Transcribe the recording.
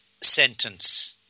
sentence